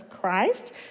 Christ